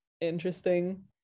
interesting